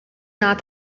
not